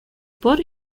por